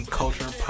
culture